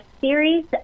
series